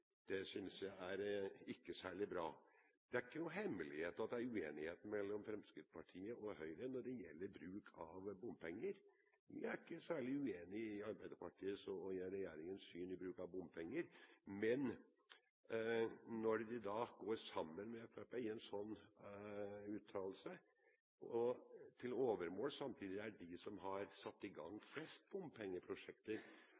synes jeg ikke er særlig bra. Det er ikke noen hemmelighet at det er uenighet mellom Fremskrittspartiet og Høyre når det gjelder bruken av bompenger. Vi er ikke særlig uenig med Arbeiderpartiets og regjeringens syn i bruken av bompenger, men når vi da går sammen med Fremskrittspartiet i en slik uttalelse – og til overmål samtidig er de som har satt i